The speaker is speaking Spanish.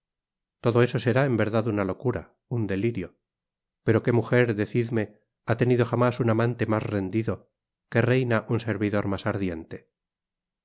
todo eso será en verdad una locura un delirio pero qué mujer decidme ha tenido jamás un amante mas rendido qué reina un servidor mas ardiente